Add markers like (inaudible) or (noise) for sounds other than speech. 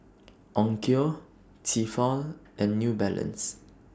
(noise) Onkyo Tefal and New Balance